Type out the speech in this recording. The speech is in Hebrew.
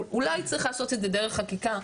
אולי צריך לעשות את זה דרך חקיקה,